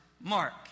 Mark